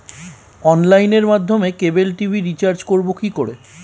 অনলাইনের মাধ্যমে cable TV recharge করব কি করে?